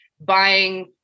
buying